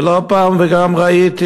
ולא פעם, וגם ראיתי,